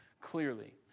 clearly